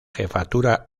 jefatura